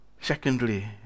Secondly